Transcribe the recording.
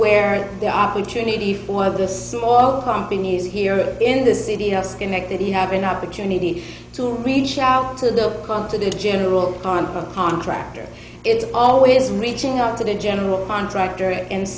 where the opportunity for the smaller companies here in this city are schenectady have an opportunity to reach out to the front of the general on the contractor it's always reaching out to the general contractor and